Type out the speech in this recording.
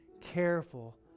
careful